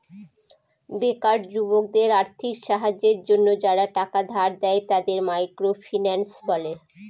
বেকার যুবকদের আর্থিক সাহায্যের জন্য যারা টাকা ধার দেয়, তাদের মাইক্রো ফিন্যান্স বলে